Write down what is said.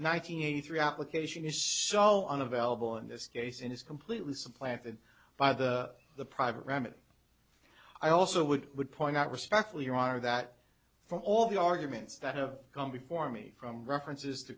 hundred eighty three application is so unavailable in this case and is completely supplanted by the the private remedy i also would would point out respectfully your honor that for all the arguments that have come before me from references to